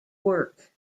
work